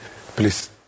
Please